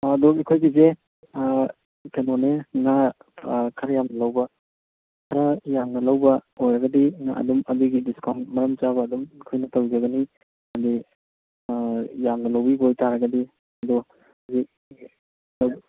ꯑꯗꯣ ꯑꯩꯈꯣꯏꯒꯤꯁꯦ ꯀꯩꯅꯣꯅꯦ ꯉꯥ ꯈꯔ ꯌꯥꯝ ꯂꯧꯕ ꯉꯥ ꯌꯥꯝꯅ ꯂꯧꯕ ꯑꯣꯏꯔꯒꯗꯤ ꯉꯥ ꯑꯗꯨꯝ ꯑꯗꯨꯒꯤ ꯗꯤꯁꯀꯥꯎꯟꯠ ꯃꯔꯝ ꯆꯥꯕ ꯑꯗꯨꯝ ꯑꯩꯈꯣꯏꯅ ꯇꯧꯖꯒꯅꯤ ꯍꯥꯏꯗꯤ ꯌꯥꯝꯅ ꯂꯧꯕꯤꯕ ꯑꯣꯏꯇꯥꯔꯒꯗꯤ ꯑꯗꯣ